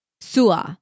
Sua